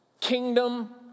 kingdom